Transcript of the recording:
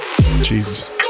Jesus